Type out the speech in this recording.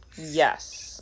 Yes